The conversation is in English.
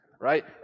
right